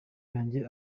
yanjye